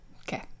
Okay